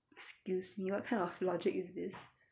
excuse me what kind of logic is this